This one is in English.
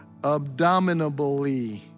Abdominably